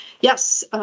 yes